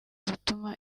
zituma